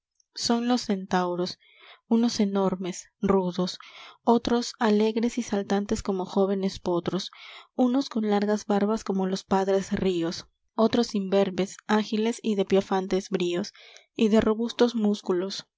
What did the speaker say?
son los centauros unos enormes rudos otros alegres y saltantes como jóvenes potros unos con largas barbas como los padres ríos otros imberbes ágiles y de piafantes bríos y de robustos músculos